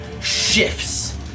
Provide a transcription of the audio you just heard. shifts